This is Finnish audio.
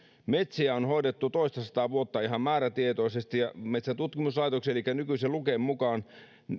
metsiä on hoidettu toistasataa vuotta ihan määrätietoisesti ja metsäntutkimuslaitoksen eli nykyisen luken mukaan